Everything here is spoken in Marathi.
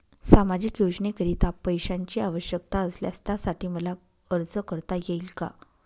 सामाजिक योजनेकरीता पैशांची आवश्यकता असल्यास त्यासाठी मला अर्ज करता येईल का?